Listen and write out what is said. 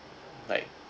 like